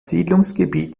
siedlungsgebiet